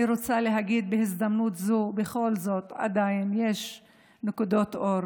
אני רוצה להגיד בהזדמנות זאת: בכל זאת יש עדיין נקודות אור